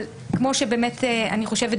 כמו שבאמת אני חושבת,